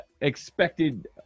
expected